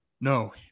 No